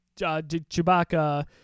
Chewbacca